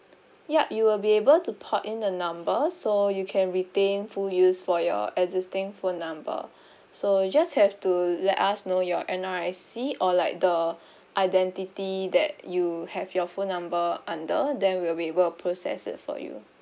yup you will be able to port in the numbers so you can retain full use for your existing phone number so you just have to let us know your N_R_I_C or like the identity that you have your phone number under then we'll be able process it for you